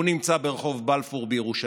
והוא נמצא ברחוב בלפור בירושלים.